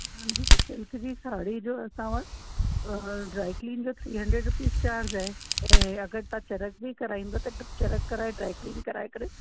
हा दीदी सिल्क जी साड़ी जो असां वटि ड्रायक्लीन जा थ्री हंड्रेड चार्ज आहे ऐं अगरि तव्हां चरख बि कराईंदा त चरख कराए ड्रायक्लीन कराए करे